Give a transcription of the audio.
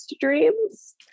dreams